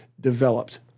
developed